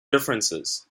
differences